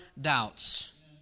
doubts